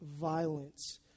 violence